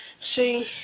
See